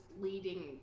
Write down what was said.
leading